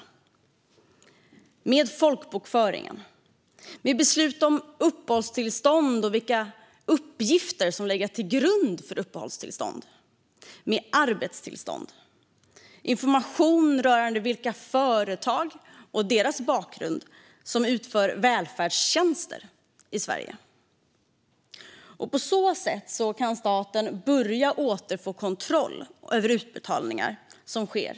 Det handlar om folkbokföringen, beslut om uppehållstillstånd och vilka uppgifter som legat till grund för beslut om uppehållstillstånd, beslut om arbetstillstånd och information rörande företag som utför välfärdstjänster i Sverige och om deras bakgrund. På så sätt kan staten börja återfå kontroll över de utbetalningar som sker.